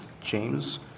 James